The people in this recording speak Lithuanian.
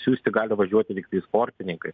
siųsti gali važiuoti tiktai sportininkai